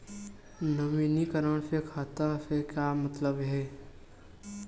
नवीनीकरण से खाता से का मतलब हे?